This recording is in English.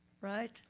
right